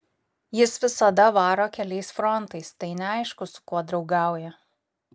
jis visada varo keliais frontais tai neaišku su kuo draugauja